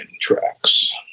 tracks